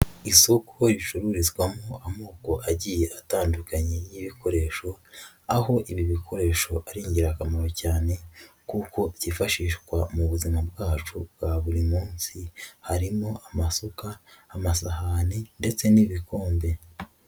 Isoko ricururizwamo amoko agiye atandukanye y'ibikoresho, aho ibi bikoresho ari ingirakamaro cyane kuko byifashishwa mu buzima bwacu bwa buri munsi, harimo amasuka, amasahani ndetse n'ibikombe.